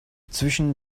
zwischen